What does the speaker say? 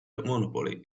monopoly